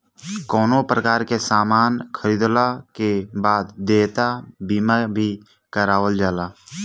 कवनो प्रकार के सामान खरीदला के बाद देयता बीमा भी करावल जाला